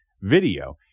video